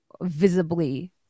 visibly